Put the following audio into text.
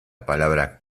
palabra